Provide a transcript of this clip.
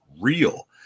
real